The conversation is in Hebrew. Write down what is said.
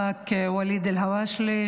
חבר הכנסת ואליד אלהואשלה,